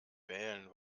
wählen